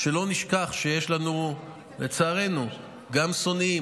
שלא נשכח שיש לנו לצערנו גם שונאים,